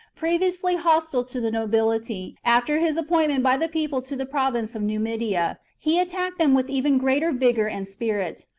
previously hostile to the nobility, after his appointment by the people to the province of numidia, he attacked them with even greater vigour and spirit,